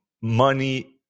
money